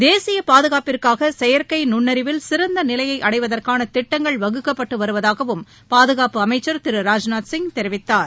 தேசியபாதுகாப்பிற்காகசெயற்கைநுண்ணறிவில் சிறந்தநிலையைஅடைவதற்கானதிட்டங்கள் வகுக்கப்பட்டுவருவதாகவும் பாதுகாப்பு அமைச்சர் திரு ராஜ்நாத் சிங் தெரிவித்தார்